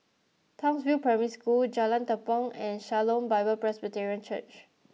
Townsville Primary School Jalan Tepong and Shalom Bible Presbyterian Church